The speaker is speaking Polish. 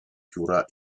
pióra